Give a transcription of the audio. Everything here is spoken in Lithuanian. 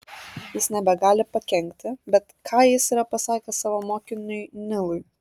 jis nebegali pakenkti bet ką jis yra pasakęs savo mokiniui nilui